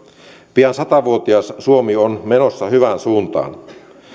pian sata vuotias suomi on menossa hyvään suuntaan